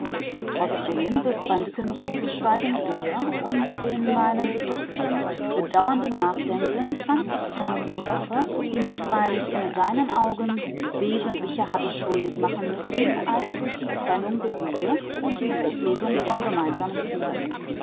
trotzdem befremdete mich dieses schweigen sehr und in meinem bedrückten bedauernden nachdenken fand ich eine ursache die mich freilich in seinen augen wesentlicher hatte schuldig machen müssen als durch die trennung der wege und die loslösung von gemeinsamen zielen